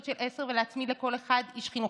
של עשר ולהצמיד לכל אחת איש חינוך,